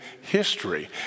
history